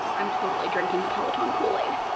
i'm totally drinking the peloton kool-aid.